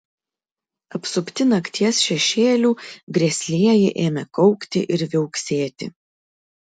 apsupti nakties šešėlių grėslieji ėmė kaukti ir viauksėti